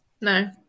No